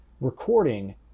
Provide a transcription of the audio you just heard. recording